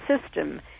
system